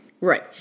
Right